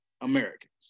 Americans